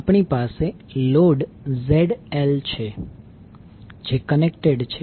આપણી પાસે load ZL છે જે કનેક્ટેડ છે